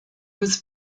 was